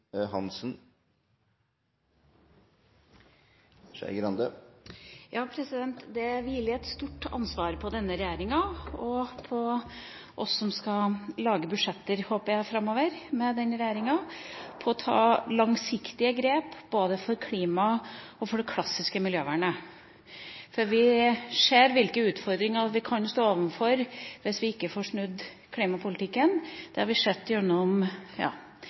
Det hviler et stort ansvar på denne regjeringa og på oss som skal lage budsjetter med denne regjeringa framover, håper jeg, for å ta langsiktige grep både for klimaet og det klassiske miljøvernet. Vi ser hvilke utfordringer vi kan stå overfor hvis vi ikke får snudd klimapolitikken. Det har vi sett gjennom